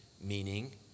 meaning